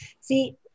See